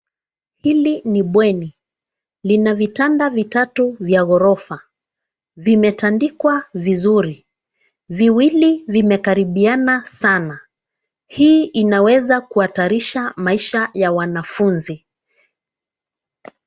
Hili ni bweni. Lina vitanda vitatu vya ghorofa. Vimetandikwa vizuri. Viwili vimekaribiana sana. Hii inaweza kuhatarisha maisha ya wanafunzi.